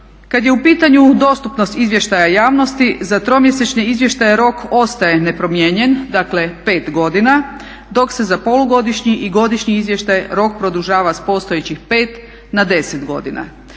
Kad je u pitanju dostupnost izvještaja javnosti za tromjesečne izvještaje rok ostaje nepromijenjen, dakle 5 godina dok se za polugodišnji i godišnji izvještaj rok produžava s postojećih 5 na 10 godina.